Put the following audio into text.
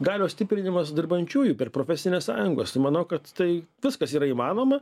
galios stiprinimas dirbančiųjų per profesines sąjungas manau kad tai viskas yra įmanoma